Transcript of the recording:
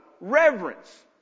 reverence